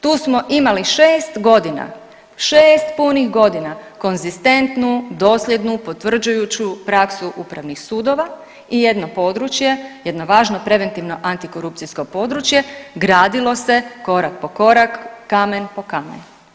Tu smo imali 6 godina, 6 punih godina konzistentnu, dosljednu, potvrđujuću praksu upravnih sudova i jedno područje, jedno važno preventivno antikorupcijsko područje gradilo se korak po korak, kamen po kamen.